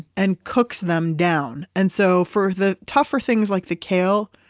and cooks them down. and so for the tougher things like the kale,